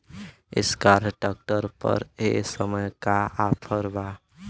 Escort tractor पर ए समय का ऑफ़र बा?